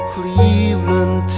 Cleveland